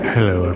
Hello